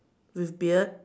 with beard